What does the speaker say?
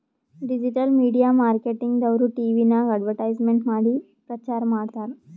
digital media marketing ದವ್ರು ಟಿವಿನಾಗ್ advertisement ಮಾಡಿ ಪ್ರಚಾರ್ ಮಾಡ್ತಾರ್